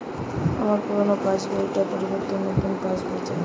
আমার পুরানো পাশ বই টার পরিবর্তে নতুন পাশ বই চাই